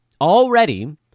Already